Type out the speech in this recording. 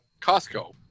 Costco